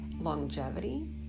longevity